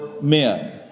men